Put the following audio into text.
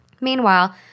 meanwhile